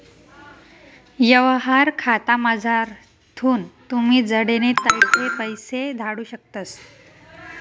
यवहार खातामझारथून तुमी जडे नै तठे पैसा धाडू शकतस